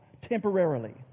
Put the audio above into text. temporarily